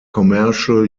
commercial